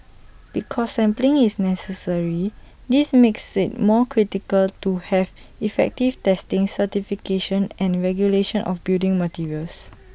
because sampling is necessary this makes IT more critical to have effective testing certification and regulation of building materials